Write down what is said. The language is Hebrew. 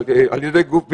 ידי גוף ביצועי.